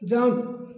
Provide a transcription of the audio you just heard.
jump